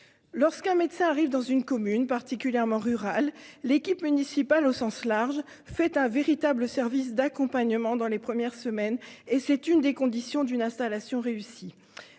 Lorsqu'un médecin arrive dans une commune, particulièrement rurale, l'équipe municipale au sens large fait un véritable service d'accompagnement dans les premières semaines, et c'est une des conditions d'une installation réussie.